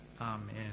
Amen